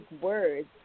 words